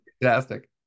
Fantastic